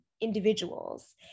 individuals